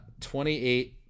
28